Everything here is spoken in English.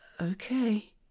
Okay